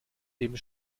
eben